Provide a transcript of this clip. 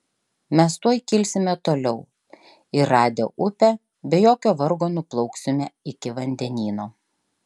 mes tuoj kilsime toliau ir radę upę be jokio vargo nuplauksime iki vandenyno